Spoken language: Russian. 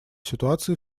ситуации